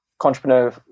entrepreneur